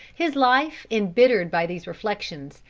his life embittered by these reflections,